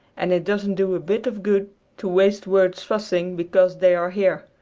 and it doesn't do a bit of good to waste words fussing because they are here.